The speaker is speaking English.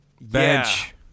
Bench